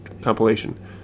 compilation